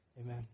Amen